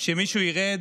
שמישהו ירד